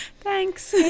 Thanks